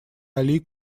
али